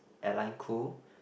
airline crew